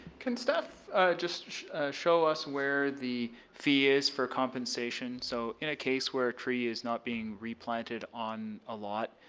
can staff just show us where the fee is for compensation. so in a case where a tree is not being replanted on a lot,